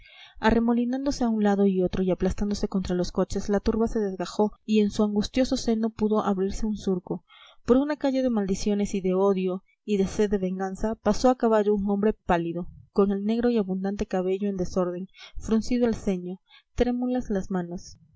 pecho arremolinándose a un lado y otro y aplastándose contra los coches la turba se desgajó y en su angustioso seno pudo abrirse un surco por una calle de maldiciones y de odio y de sed de venganza pasó a caballo un hombre pálido con el negro y abundante cabello en desorden fruncido el ceño trémulas las manos